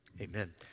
amen